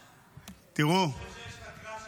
------ אנחנו נחסל את חמאס.